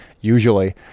usually